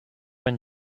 been